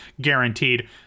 guaranteed